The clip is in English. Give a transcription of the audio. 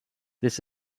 this